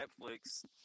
Netflix